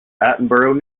attenborough